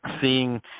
seeing